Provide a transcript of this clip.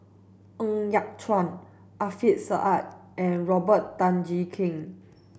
Ng Yat Chuan Alfian Sa'at and Robert Tan Jee Keng